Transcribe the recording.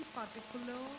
particular